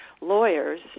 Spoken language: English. lawyers